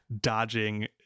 dodging